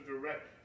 direct